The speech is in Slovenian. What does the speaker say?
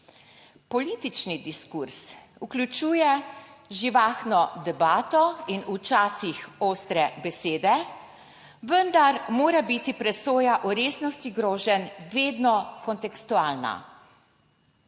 Politični diskurz vključuje živahno debato in včasih ostre besede, vendar mora biti presoja o resnosti groženj vedno kontekstualna.